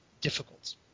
difficult